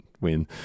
win